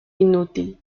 inútil